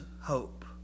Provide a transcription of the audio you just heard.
hope